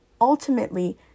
ultimately